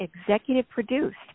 executive-produced